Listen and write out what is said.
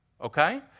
Okay